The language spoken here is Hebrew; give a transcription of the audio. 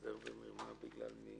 הסדר במרמה בגלל מי?